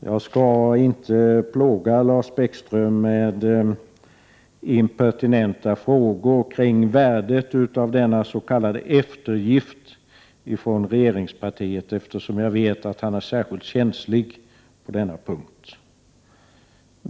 Jag skall inte plåga Lars Bäckström med impertinenta frågor kring värdet av denna s.k. eftergift från regeringspartiet, eftersom jag vet att han är särskilt känslig på denna punkt.